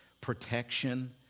protection